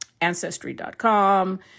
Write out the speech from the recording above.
Ancestry.com